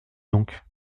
donc